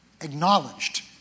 acknowledged